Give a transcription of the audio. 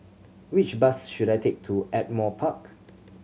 which bus should I take to Ardmore Park